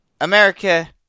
america